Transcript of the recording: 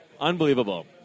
Unbelievable